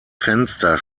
fenster